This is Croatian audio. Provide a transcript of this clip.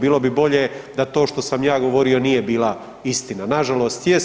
Bilo bi bolje da to što sam ja govorio nije bila istina, nažalost jest.